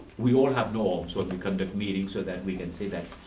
we all have norms when we conduct meetings so that we can say that